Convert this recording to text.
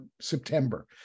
September